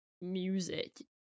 music